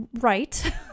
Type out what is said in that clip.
right